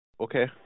Okay